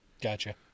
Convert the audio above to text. Gotcha